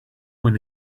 one